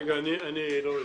אני לא מבין.